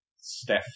Steph